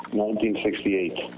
1968